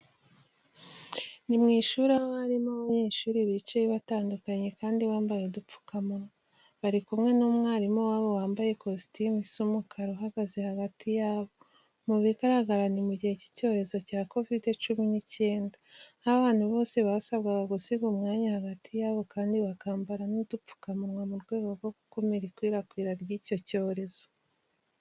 Ni mu ishuri aho harimo abanyeshuri bicaye batandukanye kandi bambaye udupfukamunwa. Bari kumwe n'umwarimu wabo wambaye kositimu isa umukara uhagaze hagati yabo. Mu bigaragara ni mu gihe cy'icyorezo cya Covid cumi n'icyenda, aho abantu bose basabwaga gusiga umwanya hagati yabo kandi bakambara n'udupfukamunwa mu rwego rwo gukumira ikwirakwira ry'icyo cyorezo.